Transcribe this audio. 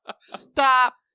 Stop